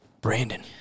Brandon